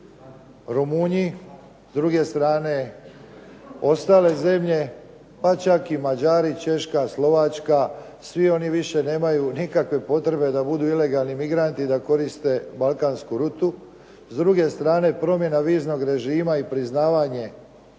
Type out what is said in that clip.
Rumunji, s druge strane ostale zemlje pa čak i Mađari, Češka, Slovačka, svi oni više nemaju nikakve potrebe da budu ilegalni migranti, da koriste balkansku rutu. S druge strane, promjena viznog režima i priznavanje